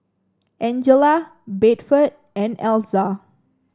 Angella Bedford and Elza